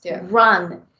run